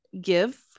give